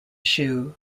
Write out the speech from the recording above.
shoe